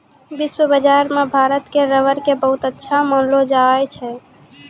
विश्व बाजार मॅ भारत के रबर कॅ बहुत अच्छा मानलो जाय छै